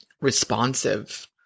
responsive